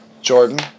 Jordan